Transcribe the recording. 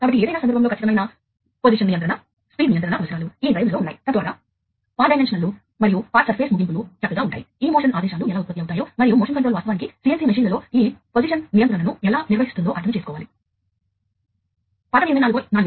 కాబట్టి మీరు ఎప్పుడైనా కంపెనీ B నుండి నెట్వర్క్ కార్డు ను మరియు కంపెనీ C నుండి హార్డ్ డిస్క్ కంట్రోలర్ ను మరియు A నుండి మదర్బోర్డు ను కొనుగోలు చేయగలిగితే మరియు మీరు వాటిని PC కేబినెట్ లో పెడితే అవి ఏ సమస్య లేకుండా పని చేస్తాయి కదా